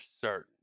certain